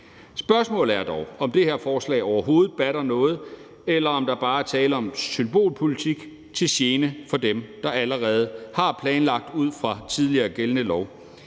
Spørgsmålet er dog, om det her forslag overhovedet batter noget, eller om der bare er tale om symbolpolitik til gene for dem, der allerede har planlagt ud fra tidligere gældende lov.